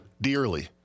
Dearly